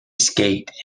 skate